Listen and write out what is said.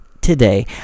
today